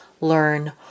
learn